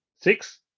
six